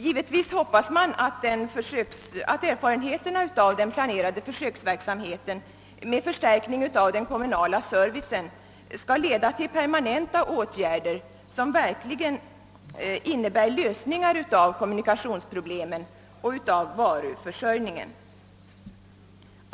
Givetvis hoppas man att erfarenheterna av den planerade försöksverksamheten med förstärkning av den kommunala servicen skall leda till permanenta åtgärder, som verkligen innebär lösningar av kommunikationsproblemen och varuförsörjningsproblemen.